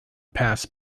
pass